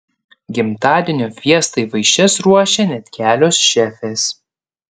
gimtadienio fiestai vaišes ruošė net kelios šefės